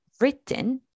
written